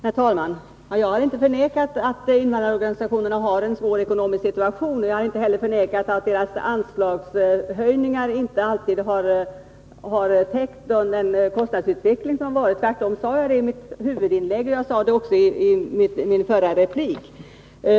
Herr talman! Jag har inte förnekat att invandrarorganisationerna har en svår ekonomisk situation. Jag har inte heller förnekat att deras anslagshöjningar inte alltid har täckt kostnadsutvecklingen. Tvärtom sade jag det i mitt huvudanförande och i min förra replik.